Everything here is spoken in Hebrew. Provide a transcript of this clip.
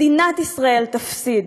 מדינת ישראל תפסיד.